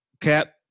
Cap